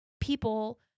people